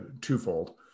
twofold